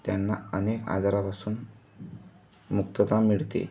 त्यांना अनेक आजारापासून मुक्तता मिळते